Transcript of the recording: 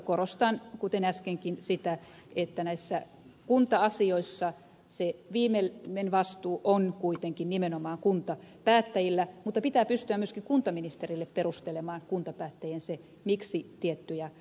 korostan kuten äskenkin sitä että näissä kunta asioissa se viimeinen vastuu on kuitenkin nimenomaan kuntapäättäjillä mutta pitää pystyä myöskin kuntaministerille perustelemaan kuntapäättäjien se miksi tiettyjä ratkaisuja tehdään